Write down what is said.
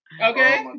okay